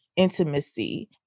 Intimacy